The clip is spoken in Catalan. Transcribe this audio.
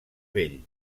vell